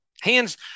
hands